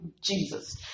Jesus